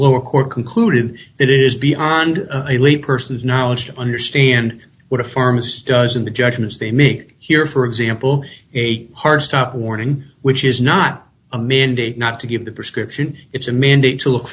lower court concluded that it is beyond a lay person's knowledge to understand what a pharmacist does in the judgments they make here for example a heart stop warning which is not a mandate not to give the prescription it's a mandate to look